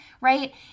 right